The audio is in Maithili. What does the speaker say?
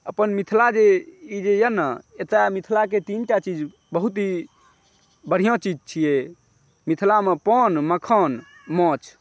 अपन मिथिला जे ई जे यऽ ने एतऽ मिथिलाके तीन टा चीज बहुत ही बढ़िऑं चीज छियै मिथिलामे पान मखान माछ